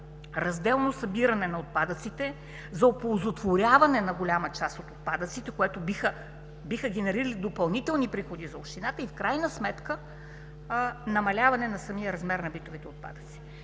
разделно събиране на отпадъците, за оползотворяване на голяма част от отпадъците, с което биха генерирали и допълнителни приходи за общината, и в крайна сметка – намаляване на самия размер на битовите отпадъци.